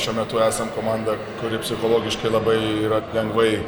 vėlgi šiuo metu esam komanda kuri psichologiškai labai yra lengvai